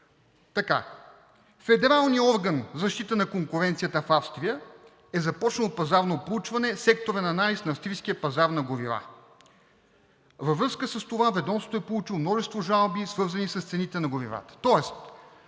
Федералният орган за защита на конкуренцията в Австрия е започнал пазарно проучване „Секторен анализ на австрийския пазар на горива“. Във връзка с това ведомството е получило множество жалби, свързани с цените на горивата.